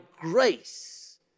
grace